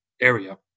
Area